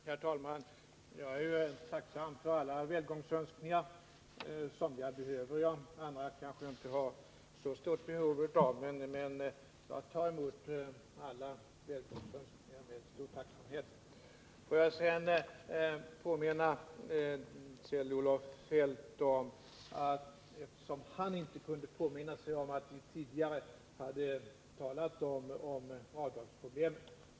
Herr talman! Jag är tacksam för alla välgångsönskningar. Somliga behöver jag, men somliga har jag kanske inte så stort behov av. Får jag påminna Kjell-Olof Feldt om, eftersom han inte kunde erinra sig det, att vi tidigare har talat om avdragsproblemen.